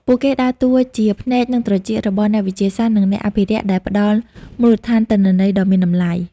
ពួកគេដើរតួជា ភ្នែក និងត្រចៀក របស់អ្នកវិទ្យាសាស្ត្រ និងអ្នកអភិរក្ស ដែលផ្តល់មូលដ្ឋានទិន្នន័យដ៏មានតម្លៃ។